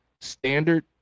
standard